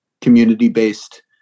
community-based